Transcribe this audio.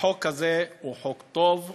החוק הזה הוא חוק טוב.